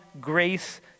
grace